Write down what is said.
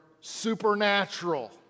supernatural